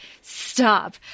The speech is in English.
stop